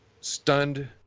stunned